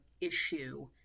issue